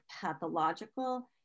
pathological